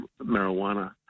marijuana